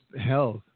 health